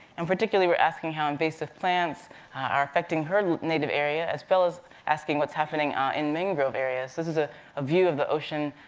and particularly, we're asking how invasive plants are affecting her native area, as fellows asking what's happening in mangrove areas. this is a ah view of the ocean,